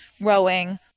rowing